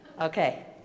Okay